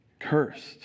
Cursed